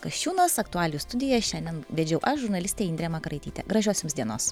kasčiūnas aktualijų studiją šiandien vedžiau aš žurnalistė indrė makaraitytė gražios jums dienos